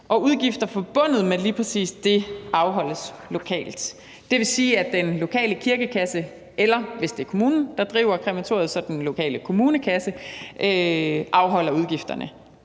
Og udgifter forbundet med lige præcis dét afholdes lokalt. Det vil sige, at den lokale kirkekasse eller, hvis det er kommunen, der driver krematoriet, den lokale kommunekasse afholder udgifterne.